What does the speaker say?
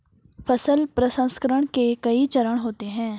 फसल प्रसंसकरण के कई चरण होते हैं